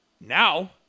now